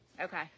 Okay